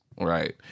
Right